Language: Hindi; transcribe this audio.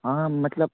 हाँ मतलब